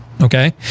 okay